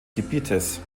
gebietes